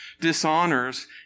dishonors